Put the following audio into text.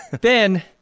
ben